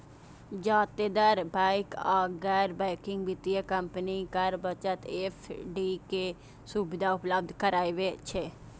जादेतर बैंक आ गैर बैंकिंग वित्तीय कंपनी कर बचत एफ.डी के सुविधा उपलब्ध कराबै छै